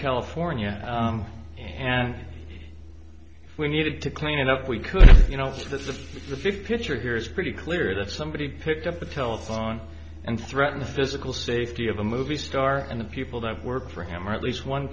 california and we needed to clean it up we could you know it's the fifth picture here it's pretty clear that somebody picked up a telephone and threaten the physical safety of a movie star and the people that work for him or at least one